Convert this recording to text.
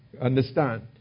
Understand